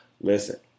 listen